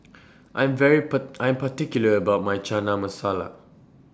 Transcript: I Am very I Am particular about My Chana Masala